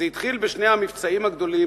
זה התחיל בשני המבצעים הגדולים,